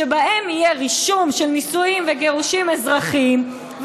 שבהן יש רישום של נישואים וגירושים אזרחיים,